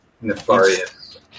nefarious